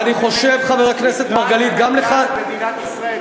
אני חושב, חבר הכנסת מרגלית, לקראת, מדינת ישראל.